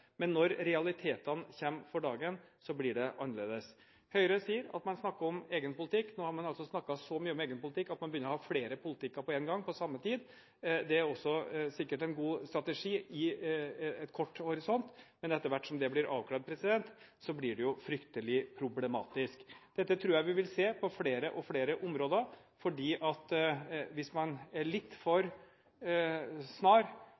annerledes. Høyre sier at man snakker om egen politikk. Nå har man snakket så mye om egen politikk at man begynner å ha flere politikker på samme tid. Det er sikkert en god strategi i en kort horisont, men etter hvert som det blir avkrevd, blir det fryktelig problematisk. Dette tror jeg vi vil se på flere og flere områder, for hvis man er litt for snar